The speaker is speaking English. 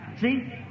See